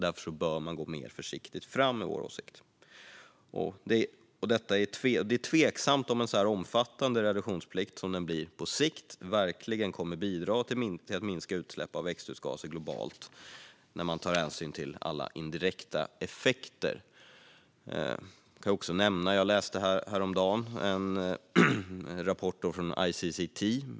Därför bör man gå mer försiktigt fram, är vår åsikt. Det är tveksamt om en så omfattande reduktionsplikt, som den blir på sikt, verkligen kommer att bidra till att minska utsläpp av växthusgaser globalt när man tar hänsyn till alla indirekta effekter. Jag läste häromdagen en rapport från ICCT.